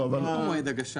דווקא הגשה